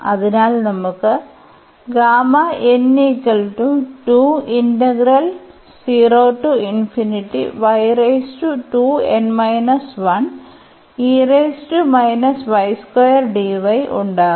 അതിനാൽ നമുക്ക് ഉണ്ടാകും